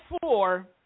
four